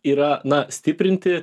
yra na stiprinti